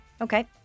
Okay